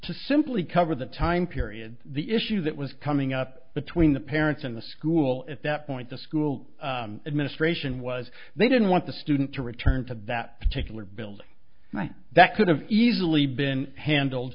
to simply cover the time period the issue that was coming up between the parents and the school at that point the school administration was they didn't want the student to return to that particular building and i that could have easily been handled